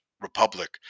republic